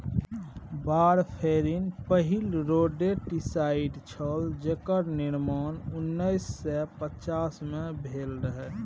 warfarin पहिल rodenticide छल जेकर निर्माण उन्नैस सय पचास मे भेल रहय